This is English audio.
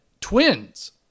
twins